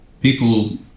People